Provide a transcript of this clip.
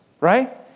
right